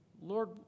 Lord